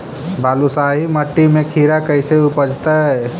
बालुसाहि मट्टी में खिरा कैसे उपजतै?